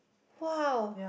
!wow!